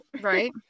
right